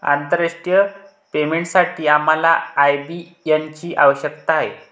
आंतरराष्ट्रीय पेमेंटसाठी आम्हाला आय.बी.एन ची आवश्यकता आहे